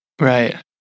Right